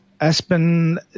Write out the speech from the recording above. Aspen